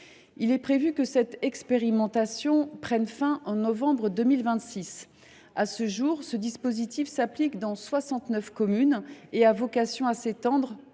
Il est prévu que l’expérimentation prenne fin en novembre 2026. À ce jour, le dispositif s’applique dans 69 communes et a vocation à s’étendre,